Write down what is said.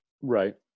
Right